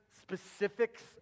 specifics